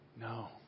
No